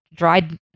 dried